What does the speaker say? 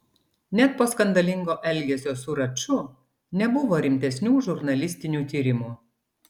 net po skandalingo elgesio su raču nebuvo rimtesnių žurnalistinių tyrimų